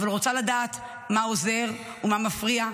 אבל רוצה לדעת מה עוזר ומה מפריע,